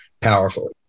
powerful